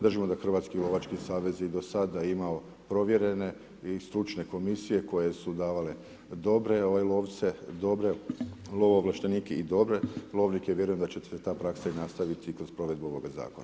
Držimo da Hrvatski lovački savez i do sada je imao provjerene i stručne komisije koje su davale dobre lovce, dobre lovoovlaštenike i dobre lovnike i vjerujem da će se ta praksa i nastaviti kroz provedbu ovoga zakona.